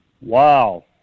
Wow